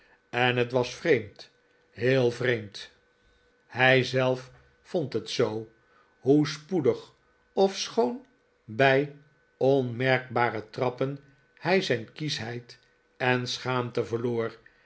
en het was vreemd heel vreemd hij zelf vond het zoo hoe spoedig ofschoon bij onmerkbare trappen hij zijn kieschheid en schaamte